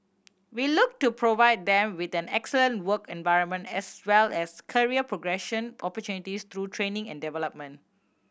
we look to provide them with an excellent work environment as well as career progression opportunities through training and development